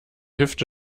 hüfte